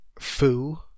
foo